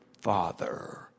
father